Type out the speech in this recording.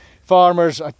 farmers